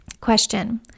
Question